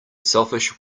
selfish